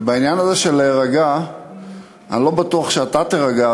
ובעניין הזה של להירגע אני לא בטוח שאתה תירגע,